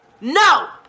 No